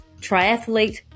triathlete